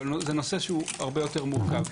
אבל זה נושא הרבה יותר מורכב.